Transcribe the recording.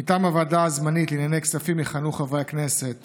מטעם הוועדה הזמנית לענייני כספים יכהנו חברי הכנסת